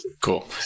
Cool